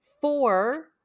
four